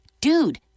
dude